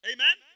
Amen